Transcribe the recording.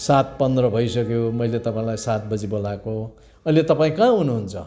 सात पन्ध्र भइसक्यो मैले तपाईँलाई सात बजी बोलाएको अहिले तपाईँ कहाँ हुनुहुन्छ